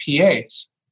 PAs